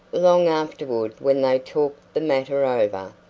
long afterward when they talked the matter over,